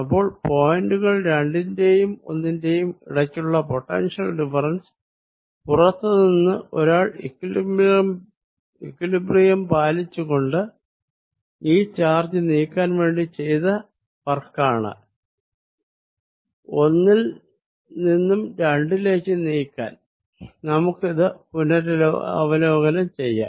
അപ്പോൾ പോയിന്റുകൾ രണ്ടിന്റെയും ഒന്നിന്റെയും ഇടയ്ക്കുള്ള പൊട്ടൻഷ്യൽ ഡിഫറെൻസ് പുറത്തുനിന്ന് ഒരാൾ ഇക്വിലിബ്രിയം പാലിച്ച് കൊണ്ട് ഈ ചാർജ് നീക്കാൻ വേണ്ടി ചെയ്ത വർക്കാണ് ഒന്നിൽ നിന്നും രണ്ടിലേക്ക് നീക്കാൻ നമുക്കിത് പുനരവലോകനം ചെയ്യാം